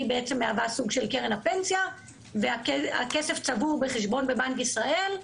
היא בעצם מהווה סוג של קרן פנסיה והכסף צבור בחשבון בבנק ישראל,